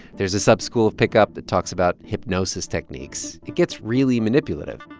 there's a sub-school of pickup that talks about hypnosis techniques. it gets really manipulative.